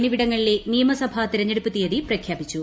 എന്നിവിടങ്ങളിലെ നിയ്മസ്ഭാ തിരഞ്ഞെടുപ്പ് തീയതി പ്രഖ്യാപിച്ചു